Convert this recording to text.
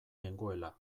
nengoela